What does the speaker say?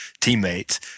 teammates